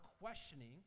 questioning